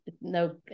No